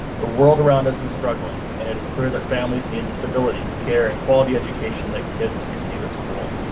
the world around us is struggling and it is clear that families need the stability. karen quality education that kids receive a school.